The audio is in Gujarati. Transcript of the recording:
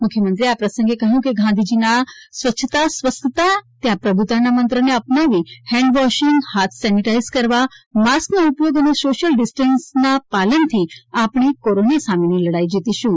મુખ્યમંત્રીએ આ પ્રસંગે કહ્યું કે ગાંધીજીના સ્વચ્છતા સ્વસ્થતા ત્યાં પ્રભ઼તાના મંત્રને અપનાવી હેન્ડ વોશિંગ હાથ સેનેટાઇઝ કરવા માસ્કનો ઉપયોગ અને સોશ્યલ ડીસ્ટન્સના પાલનથી આપણે કોરોના સામેની લડાઇ જીતીશું